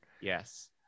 Yes